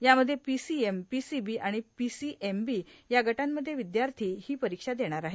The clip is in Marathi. यामध्ये पीसीएम पीसीबी आणि पीसीएमबी या गटांमध्ये विद्यार्थी ही परीक्षा देणार आहेत